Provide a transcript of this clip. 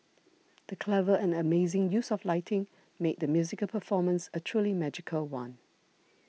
the clever and amazing use of lighting made the musical performance a truly magical one